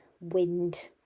wind